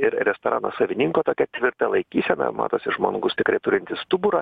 ir restorano savininko tokia tvirta laikysena matosi žmogus tikrai turintis stuburą